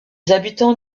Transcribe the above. habitants